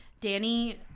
Danny